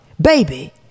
Baby